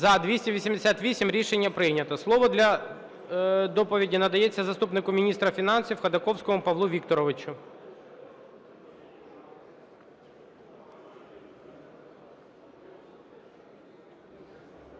За-288 Рішення прийнято. Слово для доповіді надається заступнику міністра фінансів Ходаковському Павлу Вікторовичу.